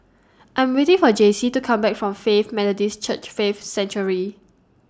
I'm waiting For Jacey to Come Back from Faith Methodist Church Faith Sanctuary